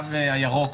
והקו הירוק,